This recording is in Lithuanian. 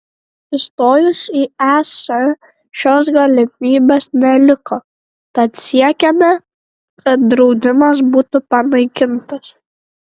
įstojus į es šios galimybės neliko tad siekiame kad draudimas būtų panaikintas